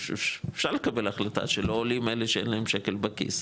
אפשר לקבל החלטה שלא עולים אלה שאין להם שקל בכיס,